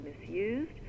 misused